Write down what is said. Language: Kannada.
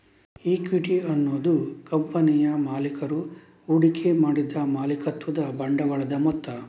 ಇಕ್ವಿಟಿ ಅನ್ನುದು ಕಂಪನಿಯ ಮಾಲೀಕರು ಹೂಡಿಕೆ ಮಾಡಿದ ಮಾಲೀಕತ್ವದ ಬಂಡವಾಳದ ಮೊತ್ತ